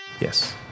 yes